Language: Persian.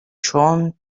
چون